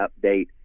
update